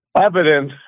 evidence